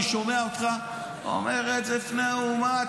אני שומע אותך אומר את זה לפני האומה.